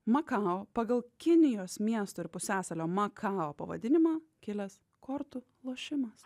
makao pagal kinijos miestų ir pusiasalio makao pavadinimą kilęs kortų lošimas